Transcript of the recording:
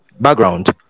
background